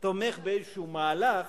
תומך באיזה מהלך